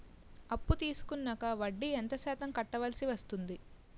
అప్పు తీసుకున్నాక వడ్డీ ఎంత శాతం కట్టవల్సి వస్తుంది?